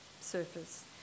surface